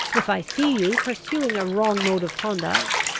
if i see you pursuing a wrong mode of conduct,